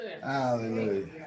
Hallelujah